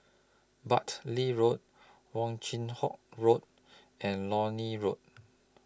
Bartley Road Wong Chin Yoke Road and Lornie Road